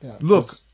Look